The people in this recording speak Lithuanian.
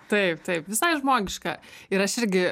taip taip visai žmogiška ir aš irgi